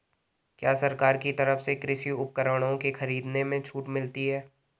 क्या सरकार की तरफ से कृषि उपकरणों के खरीदने में छूट मिलती है?